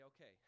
okay